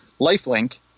lifelink